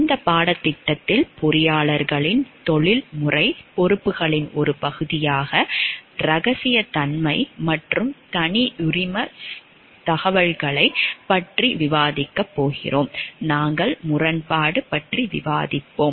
இந்தப் பாடத்திட்டத்தில் பொறியாளர்களின் தொழில்முறைப் பொறுப்புகளின் ஒரு பகுதியாக இரகசியத்தன்மை மற்றும் தனியுரிமத் தகவல்களைப் பற்றி விவாதிக்கப் போகிறோம் நாங்கள் முரண்பாடு பற்றி விவாதிப்போம்